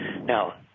Now